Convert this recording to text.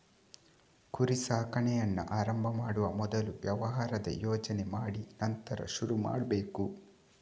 ಕುರಿ ಸಾಕಾಣೆಯನ್ನ ಆರಂಭ ಮಾಡುವ ಮೊದಲು ವ್ಯವಹಾರದ ಯೋಜನೆ ಮಾಡಿ ನಂತರ ಶುರು ಮಾಡ್ಬೇಕು